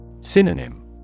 Synonym